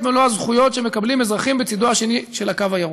מלוא הזכויות שמקבלים אזרחים בצדו השני של הקו הירוק"